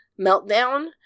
meltdown